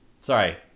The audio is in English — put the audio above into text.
Sorry